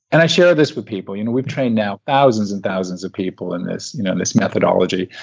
and i share this with people. you know we've trained now thousands and thousands of people in this you know this methodology.